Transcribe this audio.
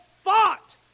fought